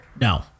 No